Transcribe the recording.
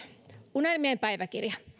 unelmien päiväkirja